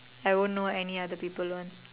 I won't know any other people one